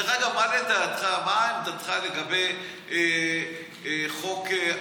דרך אגב, מה עמדתך לגבי חוק השבות?